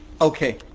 Okay